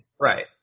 Right